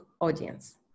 audience